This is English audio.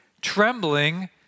trembling